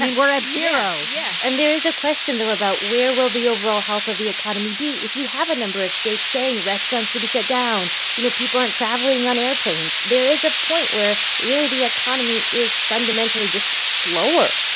and we're at zero yeah. yeah and there is a question, though, about where will the overall health of the economy be if you have a number of states saying restaurants should be shut down. you know, people aren't traveling on airplanes. there is a point where, really, the economy is fundamentally just slower,